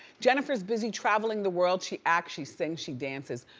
jennifer's busy traveling the world. she acts, she sings, she dances.